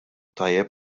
tajjeb